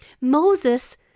Moses